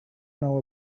know